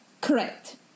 Correct